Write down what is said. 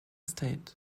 estate